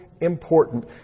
important